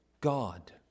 god